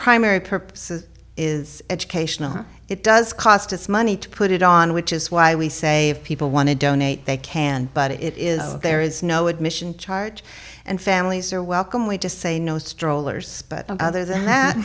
primary purpose is is educational it does cost us money to put it on which is why we say if people want to donate they can but it is there is no admission charge and please or welcome we just say no strollers but other than that